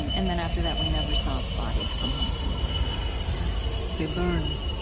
and then, after that, we never saw bodies come home from war again they learned.